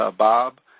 ah bob,